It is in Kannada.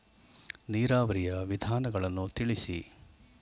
ನೀರಾವರಿಯ ವಿಧಾನಗಳನ್ನು ತಿಳಿಸಿ?